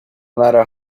matter